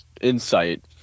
insight